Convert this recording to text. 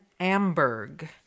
Amberg